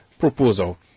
proposal